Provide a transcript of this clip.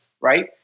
right